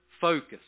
focus